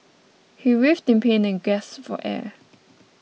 he writhed in pain and gasped for air